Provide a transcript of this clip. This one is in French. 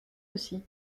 aussi